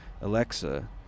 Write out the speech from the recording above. alexa